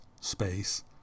space